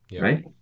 right